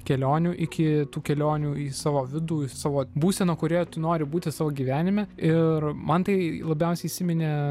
kelionių iki tų kelionių į savo vidų į savo būseną kurioje tu nori būti savo gyvenime ir man tai labiausiai įsiminė